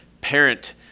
parent